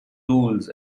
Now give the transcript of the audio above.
tools